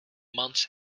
months